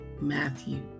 Matthew